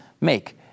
make